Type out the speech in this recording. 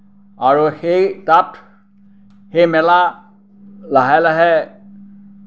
আৰু সেই তাত সেই মেলা লাহে লাহে